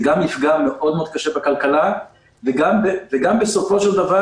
זה גם יפגע באופן קשה מאוד בכלכלה וגם בסופו של דבר